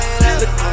look